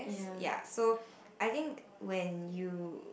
ya so I think when you